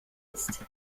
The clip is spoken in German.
ist